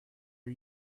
are